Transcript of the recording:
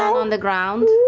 on the ground